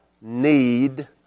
need